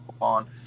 on